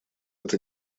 это